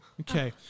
Okay